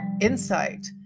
insight